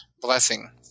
blessing